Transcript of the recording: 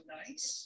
nice